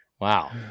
Wow